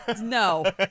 No